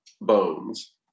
bones